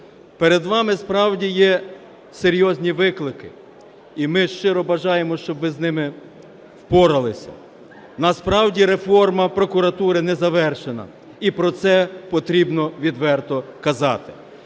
Перед вами справді є серйозні виклики, і ми щиро бажаємо, щоб ви з ними впорались. Насправді реформа прокуратури не завершена і про це потрібно відверто казати.